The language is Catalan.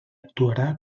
actuarà